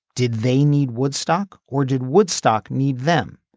did they need woodstock or did woodstock need them.